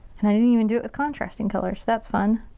and i didn't even do it with contrasting colors. that's fun.